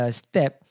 step